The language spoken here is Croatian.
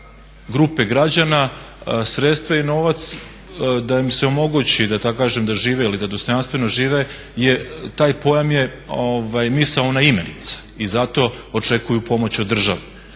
grupe građana sredstva i novac da im se mogući da tako kaže da žive ili da dostojanstveno žive taj pojam je misaona imenica i zato očekuju pomoć od države.